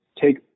take